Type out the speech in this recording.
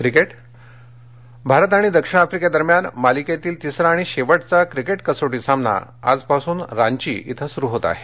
cricket Bharat आणि दक्षिण आफ्रिकेदरम्यान मालिकेतील तिसरा आणि शेवटचा क्रिकेट कसोटी सामना आज रांची इथं सुरु होतआहे